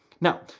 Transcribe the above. Now